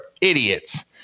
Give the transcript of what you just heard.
idiots